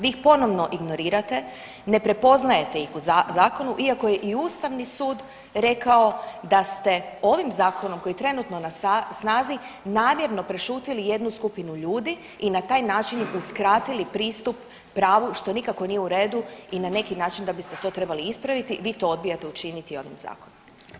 Vi ih ponovno ignorirate, ne prepoznajete ih u zakonu iako je i Ustavni sud rekao da ste ovim zakonom koji je trenutno na snazi namjerno prešutjeli jednu skupinu ljudi i na taj način uskratili pristup pravu što nikako nije u redu i na neki način da biste to trebali ispraviti vi to odbijate učiniti ovim zakonom.